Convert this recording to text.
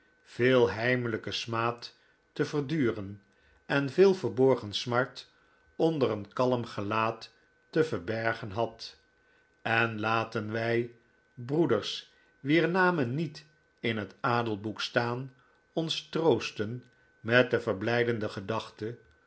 veel heimelijken smaad te verduren en veel verborgen smart onder een kalm gelaat te verbergen had en laten wij broeders wier namen niet in het adelboek staan ons troosten met de verblijdende